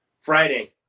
friday